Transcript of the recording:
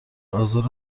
آزار